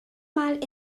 mal